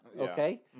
okay